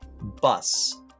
bus